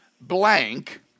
blank